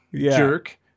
jerk